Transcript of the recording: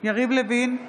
יריב לוין,